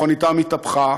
מכוניתם התהפכה,